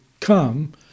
come